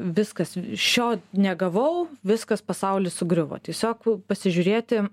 viskas šio negavau viskas pasauly sugriuvo tiesiog pasižiūrėti